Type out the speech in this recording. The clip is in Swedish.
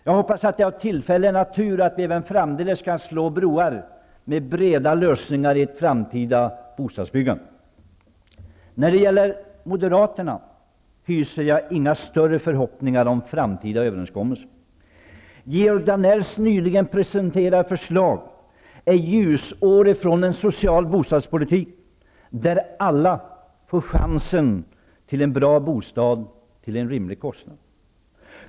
Jag hoppas att det är av tillfällig natur, att vi även framdeles kan slå broar med breda lösningar i ett framtida bostadsbyggande. När det gäller Moderaterna hyser jag inga större förhoppningar om framtida överenskommelser. Georg Danells nyligen presenterade förslag är ljusår från en social bostadspolitik, där alla har chansen att få en bra bostad till en rimlig kostnad.